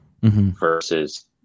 versus